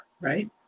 right